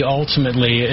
ultimately